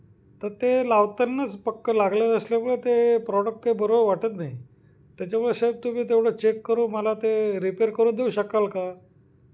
तर ते लावतानाच पक्कं लागलं नसल्यामुळे ते प्रॉडक्ट काही बरोबर वाटत नाही त्याच्यामुळे साहेब तुम्ही तेवढं चेक करू मला ते रिपेअर करून देऊ शकाल का